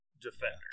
defender